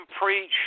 preach